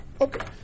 Okay